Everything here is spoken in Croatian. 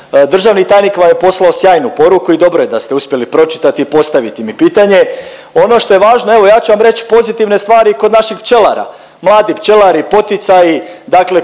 Državni tajnik vam je poslao sjajnu poruku i dobro je da ste uspjeli pročitati i postaviti mi pitanje. Ono što je važno evo ja ću vam reći pozitivne stvari kod naših pčelara. Mladi pčelari, poticaji dakle